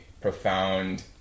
profound